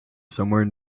somewhere